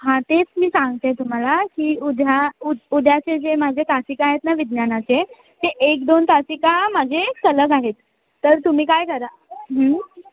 हां तेच मी सांगते तुम्हाला की उद्या उ उद्याचे जे माझे तासिका आहेत ना विज्ञानाचे ते एक दोन तासिका माझे सलग आहेत तर तुम्ही काय करा